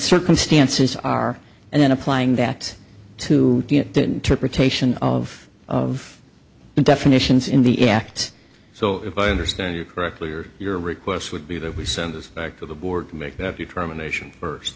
circumstances are and then applying that to taishan of of the definitions in the act so if i understand you correctly or your request would be that we send this back to the board to make that determination first